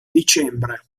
dicembre